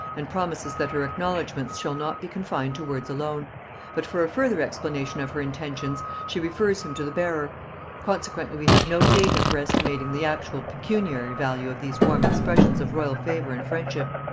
and promises that her acknowledgements shall not be confined to words alone but for a further explanation of her intentions she refers him to the bearer consequently we have no data for estimating the actual pecuniary value of these warm expressions of royal favor and friendship.